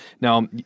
Now